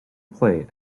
plate